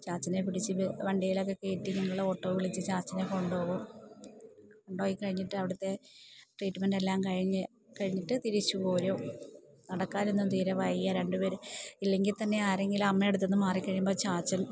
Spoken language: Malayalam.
ചാച്ചനെ പിടിച്ച് വണ്ടിയിൽ ഒക്കെ ഞങ്ങള് ഓട്ടോ വിളിച്ച് ചാച്ചനെ കൊണ്ടുപോകും കൊണ്ടുപോയി കഴിഞ്ഞിട്ട് അവിടുത്തെ ട്രീറ്റ്മെൻറ്റെല്ലാം കഴിഞ്ഞ് കഴിഞ്ഞിട്ട് തിരിച്ച് പോരും നടക്കാനൊന്നും തീരെ വയ്യ രണ്ട് പേര് ഇല്ലെങ്കിൽ തന്നെ ആരെങ്കിലും അമ്മ അടുത്ത് നിന്ന് മാറിക്കഴിയുമ്പം ചാച്ചൻ